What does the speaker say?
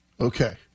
Okay